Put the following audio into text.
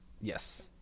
Yes